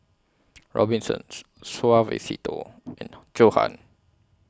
Robinsons Suavecito and Johan